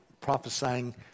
prophesying